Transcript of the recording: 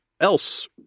else